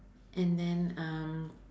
and then um